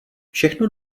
všechno